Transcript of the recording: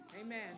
Amen